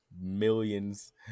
millions